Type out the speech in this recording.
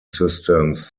systems